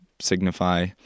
signify